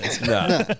No